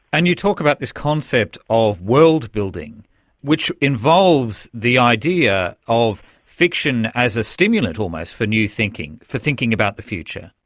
and you talk about this concept of world-building which involves the idea of fiction as a stimulant almost for new thinking, for thinking about the future.